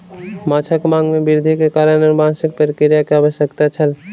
माँछक मांग में वृद्धि के कारण अनुवांशिक प्रक्रिया के आवश्यकता छल